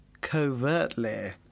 covertly